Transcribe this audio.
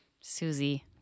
Susie